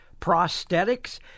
prosthetics